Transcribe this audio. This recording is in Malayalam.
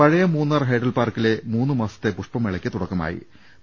പഴയ മൂന്നാർ ഹൈഡൽ പാർക്കിലെ മൂന്ന് മാസത്തെ പുഷ്പമേളക്ക് തുടക്കമായി